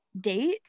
date